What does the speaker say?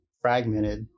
fragmented